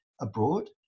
abroad